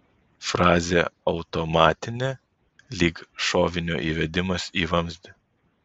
frazė automatinė lyg šovinio įvedimas į vamzdį